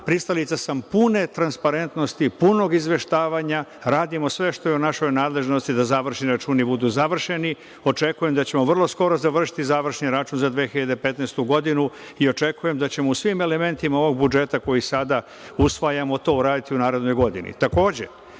pristalica sam pune transparentnosti, punog izveštavanja. Radimo sve što je u našoj nadležnosti da završni računi budu završeni. Očekujem da ćemo vrlo skoro završiti završni račun za 2015. godinu i očekujem da ćemo u svim elementima ovog budžeta koji sada usvajamo, to uraditi u narednoj